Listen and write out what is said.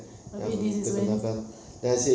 habis this is when